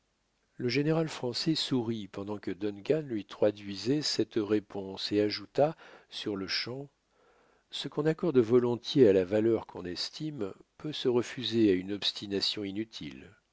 le général français sourit pendant que duncan lui traduisait cette réponse et ajouta sur-le-champ ce qu'on accorde volontiers à la valeur qu'on estime peut se refuser à une obstination inutile